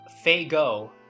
Faygo